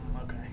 Okay